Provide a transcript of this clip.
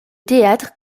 théâtre